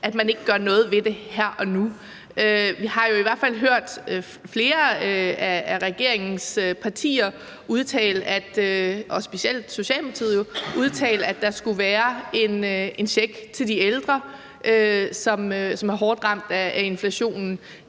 inflationen, gør noget ved det her og nu. Vi har jo i hvert fald hørt flere af regeringens partier udtale, og specielt Socialdemokratiet jo, at der skulle være en check til de ældre, som er hårdt ramt af inflationen.